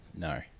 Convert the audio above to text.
No